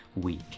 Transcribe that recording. week